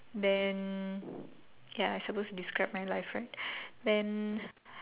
then ya I suppose to describe my life right then